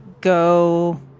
go